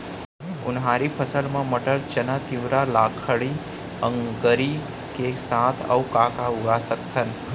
उनहारी फसल मा मटर, चना, तिंवरा, लाखड़ी, अंकरी के साथ अऊ का का उगा सकथन?